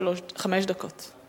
חמש דקות.